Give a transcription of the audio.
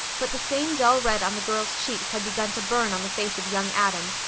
but the same dull red on the girl's cheeks had begun to burn on the face of young adam.